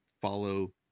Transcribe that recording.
follow